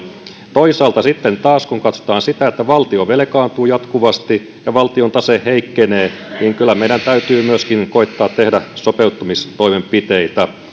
toisaalta kun taas katsotaan sitä että valtio velkaantuu jatkuvasti ja valtion tase heikkenee niin kyllä meidän täytyy myöskin koettaa tehdä sopeuttamistoimenpiteitä